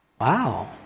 Wow